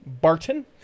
Barton